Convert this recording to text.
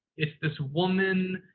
it's this woman,